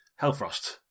Hellfrost